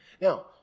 Now